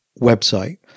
website